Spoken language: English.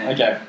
Okay